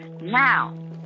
Now